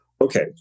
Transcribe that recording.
Okay